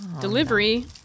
delivery